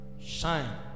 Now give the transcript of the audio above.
shine